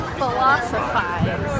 philosophize